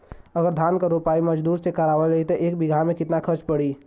अगर धान क रोपाई मजदूर से करावल जाई त एक बिघा में कितना खर्च पड़ी?